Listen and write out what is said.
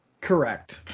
correct